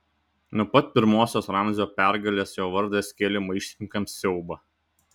nuo pat pirmosios ramzio pergalės jo vardas kėlė maištininkams siaubą